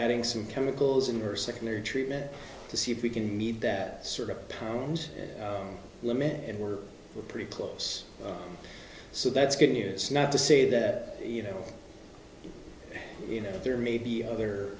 adding some chemicals in our secondary treatment to see if we can meet that sort of pound limit and we're pretty close so that's good news not to say that you know you know there may be other